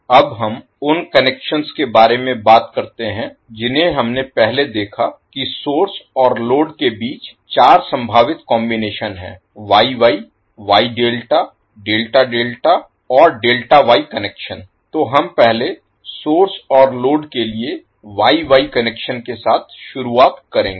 अब हम उन कनेक्शनस के बारे में बात करते हैं जिन्हें हमने पहले देखा कि सोर्स और लोड के बीच चार संभावित कॉम्बिनेशन हैं Y Y Y delta delta delta और डेल्टा Y कनेक्शन तो हम पहले सोर्स और लोड के लिए YY कनेक्शन के साथ शुरुआत करेंगे